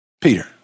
Peter